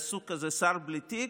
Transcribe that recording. היה סוג כזה, שר בלי תיק,